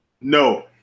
No